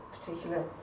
particular